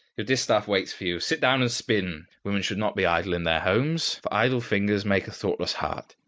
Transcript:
your distaff waits for you. sit down and spin. women should not be idle in their homes, for idle fingers make a thoughtless heart.